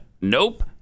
nope